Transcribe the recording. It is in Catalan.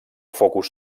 focus